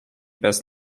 bez